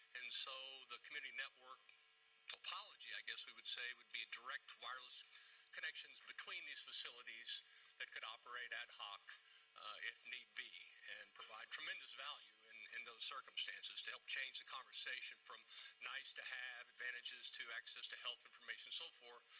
and so the community network topology, i guess we would say, would be direct wireless connections between these facilities that could operate ad hoc if need be and provide tremendous value in in those circumstances to help change the conversation from nice to have, advantages, access to healthcare information, so forth,